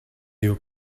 your